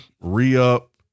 Re-Up